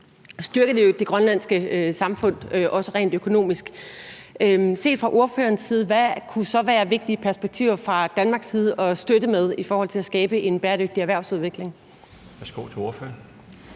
styrke det grønlandske samfund, også rent økonomisk. Set fra ordførerens side, hvad kunne så være vigtige perspektiver fra Danmarks side at støtte med i forhold til at skabe en bæredygtig erhvervsudvikling? Kl. 21:39 Den